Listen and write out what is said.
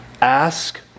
ask